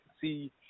see